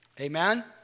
Amen